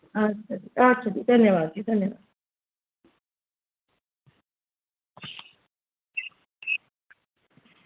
अच्छ अच्छा जी धन्नबाद जी धन्नबाद